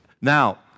Now